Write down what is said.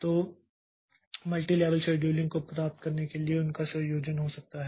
तो इस multilevel queue scheduling को प्राप्त करने के लिए उनका संयोजन हो सकता है